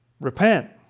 repent